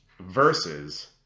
versus